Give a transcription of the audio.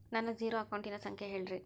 ನನ್ನ ಜೇರೊ ಅಕೌಂಟಿನ ಸಂಖ್ಯೆ ಹೇಳ್ರಿ?